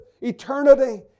eternity